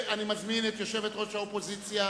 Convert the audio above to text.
אני מזמין את יושבת-ראש האופוזיציה